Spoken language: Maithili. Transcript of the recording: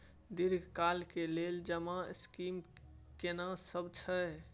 दीर्घ काल के लेल जमा स्कीम केना सब छै?